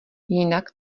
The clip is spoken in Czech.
jinak